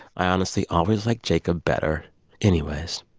i honestly always liked jacob better anyways